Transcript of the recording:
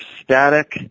static